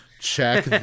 check